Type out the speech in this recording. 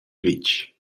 vitg